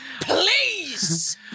please